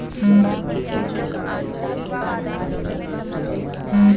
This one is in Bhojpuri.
मिरचा का नर्सरी कौने महीना में लागिला?